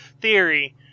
theory